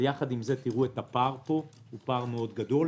אבל יחד עם זה תראו את הפער פה זה פער מאוד גדול.